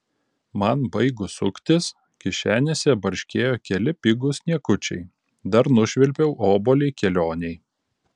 man baigus suktis kišenėse barškėjo keli pigūs niekučiai dar nušvilpiau obuolį kelionei